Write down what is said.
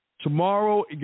Tomorrow